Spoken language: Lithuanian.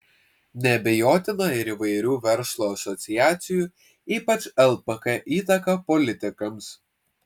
neabejotina ir įvairių verslo asociacijų ypač lpk įtaka politikams